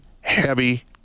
heavy